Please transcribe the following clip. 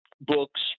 books